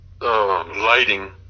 lighting